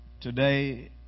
Today